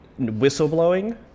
whistleblowing